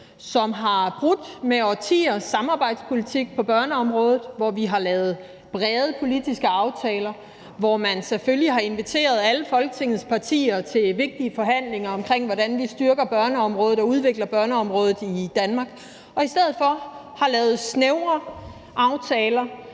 som har brudt med årtiers samarbejdspolitik på børneområdet, hvor vi har lavet brede politiske aftaler, hvor man selvfølgelig har inviteret alle Folketingets partier til vigtige forhandlinger om, hvordan vi styrker og udvikler børneområdet i Danmark, og som i stedet for har lavet snævre aftaler,